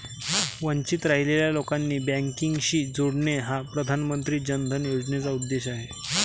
वंचित राहिलेल्या लोकांना बँकिंगशी जोडणे हा प्रधानमंत्री जन धन योजनेचा उद्देश आहे